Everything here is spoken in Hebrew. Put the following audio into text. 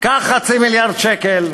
קח חצי מיליארד שקל,